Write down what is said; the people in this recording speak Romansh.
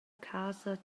casa